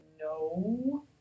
no